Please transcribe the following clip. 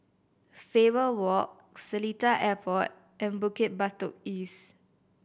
Faber Walk Seletar Airport and Bukit Batok East